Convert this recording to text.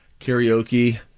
karaoke